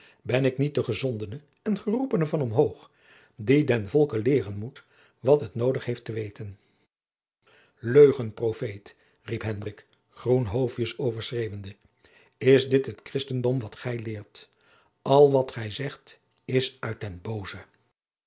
ben ik niet de gezondene en geroepene van omhoog die den volke leeren moet wat het noodig heeft te weten leugenprofeet riep hendrik groenhovius overschreeuwende is dit het christendom dat gij leert al wat gij zegt is uit den booze